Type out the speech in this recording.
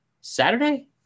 Saturday